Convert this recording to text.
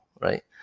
right